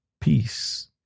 peace